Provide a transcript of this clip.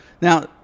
Now